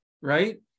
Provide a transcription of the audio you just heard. right